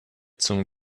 zum